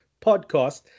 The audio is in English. podcast